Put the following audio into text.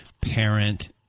parent